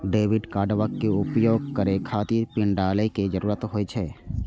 debit कार्डक उपयोग करै खातिर पिन डालै के जरूरत होइ छै